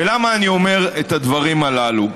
למה אני אומר את הדברים הללו?